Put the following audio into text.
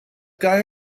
guy